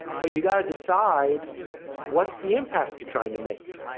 but you've got to decide what's the impact you're trying to make.